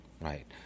right